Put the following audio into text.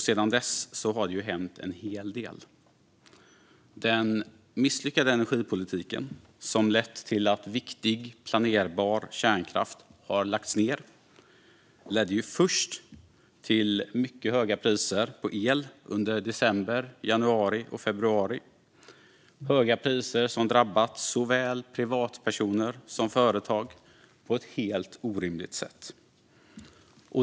Sedan dess har det hänt en hel del. Den misslyckade energipolitik som lett till att viktig planerbar kärnkraft har lagts ned ledde först till mycket höga priser på el under december, januari och februari, vilka drabbat såväl privatpersoner som företag på ett helt orimligt sätt.